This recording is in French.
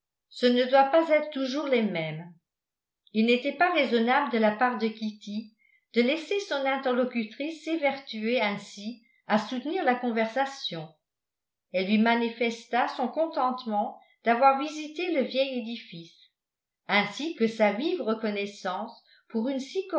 ce ne doit pas être toujours les mêmes il n'était pas raisonnable de la part de kitty de laisser son interlocutrice s'évertuer ainsi à soutenir la conversation elle lui manifesta son contentement d'avoir visité le vieil édifice ainsi que sa vive reconnaissance pour une si